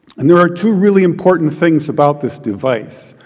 and there are two really important things about this device.